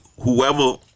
whoever